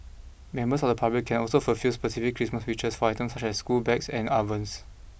members of the public can also fulfil specific Christmas wishes for items such as school bags and ovens